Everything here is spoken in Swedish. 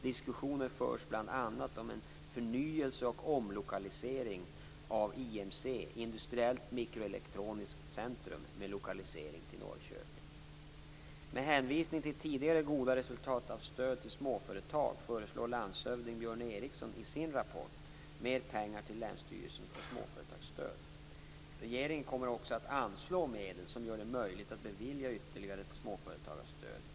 Diskussioner förs bl.a. om en förnyelse och omlokalisering av IMC, Industriellt Med hänvisning till tidigare goda resultat av stöd till småföretag föreslår landshövding Björn Eriksson i sin rapport mer pengar till länsstyrelsen för småföretagsstöd. Regeringen kommer också att anslå medel som gör det möjligt att bevilja ytterligare småföretagsstöd.